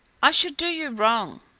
i should do you wrong,